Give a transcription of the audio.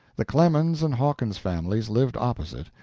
the clemens and hawkins families lived opposite,